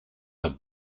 have